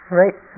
right